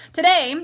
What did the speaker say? Today